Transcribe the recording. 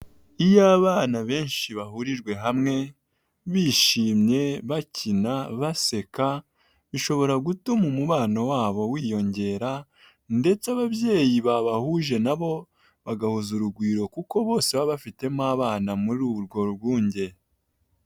Iyo abana benshi bahurijwe hamwe, bishimye, bakina, baseka, bishobora gutuma umubano wabo wiyongera ndetse ababyeyi babahuje na bo bagahuza urugwiro kuko bose baba bafitemo abana muri urwo rwunge.